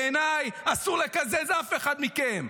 בעיניי אסור לקזז אף אחד מכם.